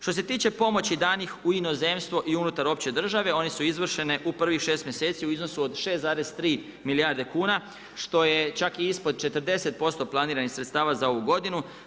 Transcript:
Što se tiče pomoći danih u inozemstvo i unutar opće države, one su izvršene u prvih 6 mjeseci u iznosu 6,3 milijarde kuna što je čak i ispod 40% planiranih sredstava za ovu godinu.